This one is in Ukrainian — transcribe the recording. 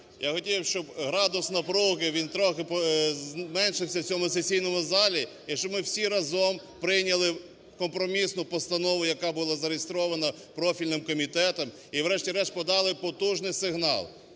Я хотів, щоб градус напруги він трохи зменшився в цьому сесійному залі, і щоб ми всі разом прийняли компромісну постанову, яка була зареєстрована профільним комітетом і, врешті-решт, подали потужний сигнал.